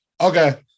okay